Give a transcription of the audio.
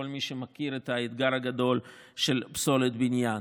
לכל מי שמכיר את האתגר הגדול של פסולת בניין,